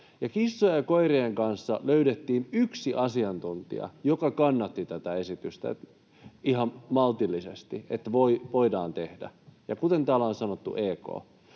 kissojen ja koirien kanssa löydettiin yksi asiantuntija, joka kannatti tätä esitystä ihan maltillisesti, että voidaan tehdä. Kuten täällä on sanottu, EK.